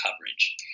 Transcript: coverage